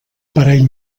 parell